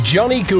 Johnny